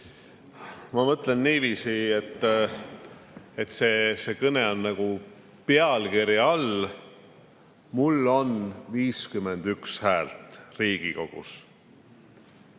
Ma mõtlen niiviisi, et see kõne on nagu pealkirja all "Mul on 51 häält Riigikogus.